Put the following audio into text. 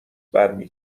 برمی